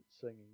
singing